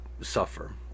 suffer